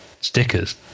stickers